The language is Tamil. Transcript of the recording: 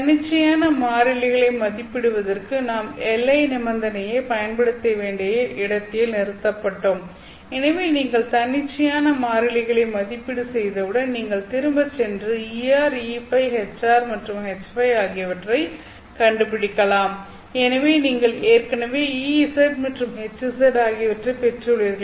தன்னிச்சையான மாறிலிகளை மதிப்பிடுவதற்கு நாம் எல்லை நிபந்தனையைப் பயன்படுத்த வேண்டிய இடத்தில் நிறுத்தப்பட்டோம் எனவே நீங்கள் தன்னிச்சையான மாறிலிகளை மதிப்பீடு செய்தவுடன் நீங்கள் திரும்பிச் சென்று Er EØ Hr மற்றும் HØ ஆகியவற்றைக் கண்டுபிடிக்கலாம் ஏனெனில் நீங்கள் ஏற்கனவே Ez மற்றும் Hz ஆகியவற்றை பெற்றுள்ளீர்கள்